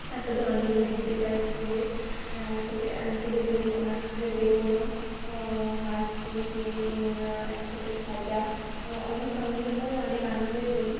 একসাথে অঞ্জলি দিতে যাই স্কুলে একসাথে একসাথে বের একসাথে বেরোনো হার চুরি কিনে একসাথে সাজা অনেক আমরা সবাই অনেক আনন্দই করি